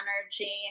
energy